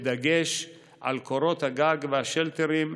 בדגש על קורות הגג והשלטרים,